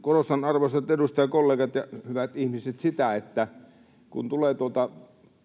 korostan, arvoisat edustajakollegat ja hyvät ihmiset, sitä, että kun tämä